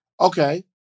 Okay